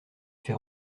fait